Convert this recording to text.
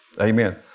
Amen